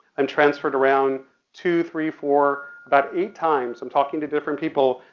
i'm transferred around two, three, four, about eight times, i'm talking to different people,